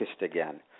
again